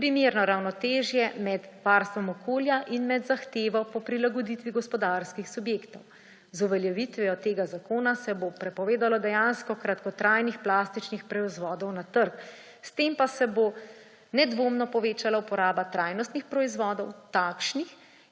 primerno ravnotežje med varstvom okolja in med zahtevo po prilagoditvi gospodarskih subjektov. Z uveljavitvijo tega zakona se bo prepovedalo dejansko dajanje kratkotrajnih plastičnih proizvodov na trg, s tem pa se bo nedvomno povečala uporaba trajnostnih proizvodov, takšnih,